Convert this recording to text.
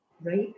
Right